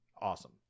awesome